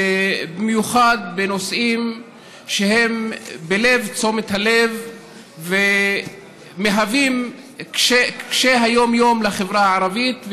במיוחד בנושאים שהם בלב תשומת הלב ומהווים קשיי יום-יום לחברה הערבית,